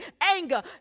anger